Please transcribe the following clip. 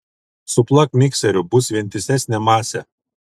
suplak mikseriu bus vientisesnė masė